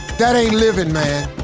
that ain't living, man.